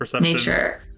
Nature